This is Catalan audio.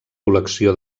col·lecció